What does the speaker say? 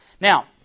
Now